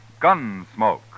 Gunsmoke